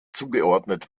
zugeordnet